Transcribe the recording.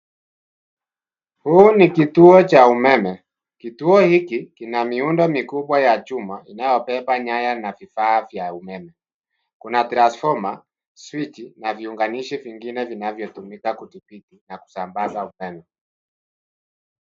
Huu ni kituo cha umeme, kituo hiki kina miundo mikubwa ya chuma inayobeba nyaya na vifaa vya umeme. Kuna transfoma, swichi na viunganishi vingine vinavyotumika kudhibiti na kusambaza umeme.